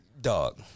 dog